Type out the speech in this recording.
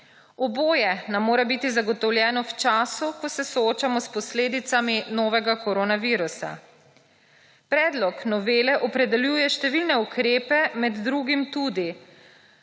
Oboje nam mora biti zagotovljeno v času, ko se soočamo s posledicami novega koronavirusa. Predlog novele opredeljuje številne ukrepe, med drugim tudi